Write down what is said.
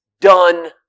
done